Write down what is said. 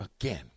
again